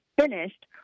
finished